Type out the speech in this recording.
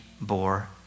bore